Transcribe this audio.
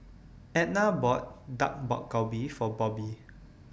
Edna bought Dak Galbi For Bobbi